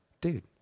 dude